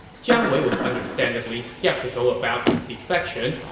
jiang wei was understandably skeptical about this defection,